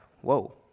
whoa